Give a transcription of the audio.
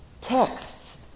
texts